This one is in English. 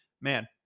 Man